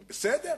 בסדר,